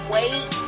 Wait